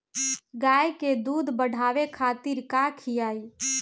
गाय के दूध बढ़ावे खातिर का खियायिं?